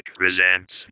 presents